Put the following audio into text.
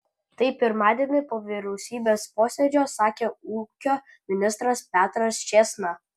tai pirmadienį po vyriausybės posėdžio sakė ūkio ministras petras čėsna